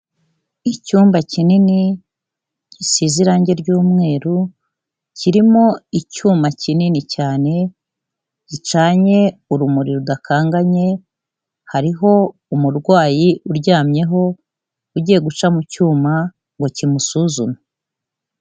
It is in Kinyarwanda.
Icyumba kinini gisize irangi ry'umweru kirimo icyuma kinini cyane gicanye urumuri rudakanganye hariho umurwayi uryamyeho ugiye guca mu cyuma ngo kimusuzume.